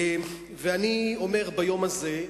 ואני אומר ביום הזה,